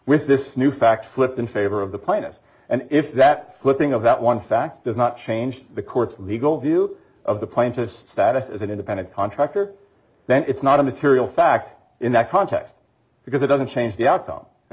with this new fact flip in favor of the planet and if that flipping of that one fact does not change the court's legal view of the plaintiff's status as an independent contractor then it's not a material fact in that context because it doesn't change the outcome a